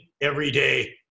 everyday